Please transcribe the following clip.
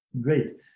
Great